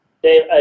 Dave